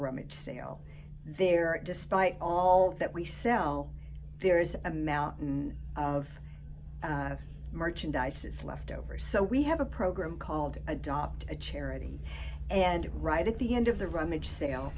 rummage sale there despite all that we sell there is a mountain of merchandise is left over so we have a program called adopt a charity and right at the end of the rummage sale